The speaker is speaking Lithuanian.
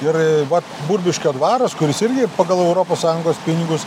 ir va burbiškio dvaras kuris irgi pagal europos sąjungos pinigus